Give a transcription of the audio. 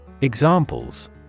Examples